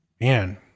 Man